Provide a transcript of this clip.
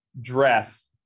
dress